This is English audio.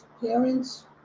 parents